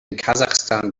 kasachstan